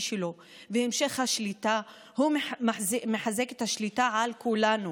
שלו והמשך השליטה הוא מחזק את השליטה על כולנו